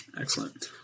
Excellent